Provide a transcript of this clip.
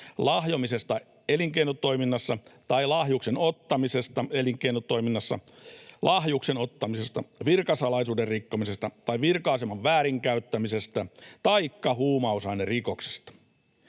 lahjomisesta elinkeinotoiminnassa tai lahjuksen ottamisesta elinkeinotoiminnassa, lahjuksen ottamisesta, virkasalaisuuden rikkomisesta tai virka-aseman väärinkäyttämisestä taikka huumausainerikoksesta.